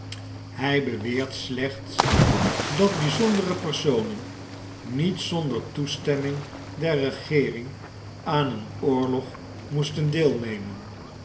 hij beweert slechts dat bizondere personen niet zonder toestemming der regeering aan een oorlog moesten deelnemen